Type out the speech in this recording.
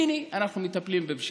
הינה, אנחנו מטפלים בפשיעה.